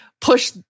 push